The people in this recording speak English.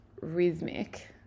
Rhythmic